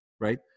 right